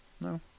no